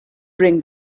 bring